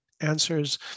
answers